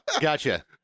Gotcha